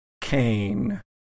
Cain